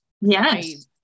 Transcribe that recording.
yes